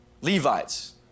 Levites